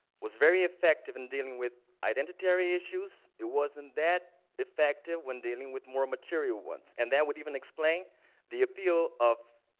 was very effective in dealing with identity issues, it wasn't that effective when dealing with more material ones. and that would even explain the appeal of,